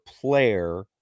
player